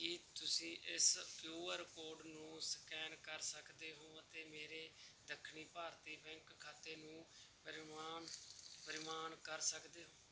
ਕੀ ਤੁਸੀਂਂ ਇਸ Q R code ਨੂੰ ਸਕੈਨ ਕਰ ਸਕਦੇ ਹੋ ਅਤੇ ਮੇਰੇ ਦੱਖਣੀ ਭਾਰਤੀ ਬੈਂਕ ਖਾਤੇ ਨੂੰ ਪ੍ਰਮਾਣ ਕਰ ਸਕਦੇ ਹੋ